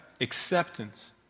acceptance